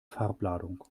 farbladung